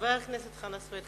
חבר הכנסת חנא סוייד,